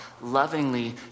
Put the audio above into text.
lovingly